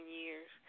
years